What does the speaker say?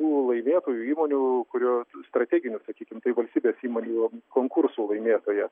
tų laimėtojų įmonių kurios strateginių sakykim taip valstybės įmonių konkursų laimėtoja